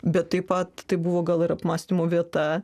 bet taip pat tai buvo gal ir apmąstymų vieta